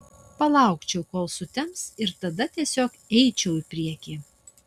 palaukčiau kol sutems ir tada tiesiog eičiau į priekį